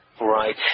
Right